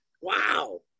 wow